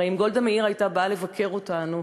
הרי אם גולדה מאיר הייתה באה לבקר אותנו,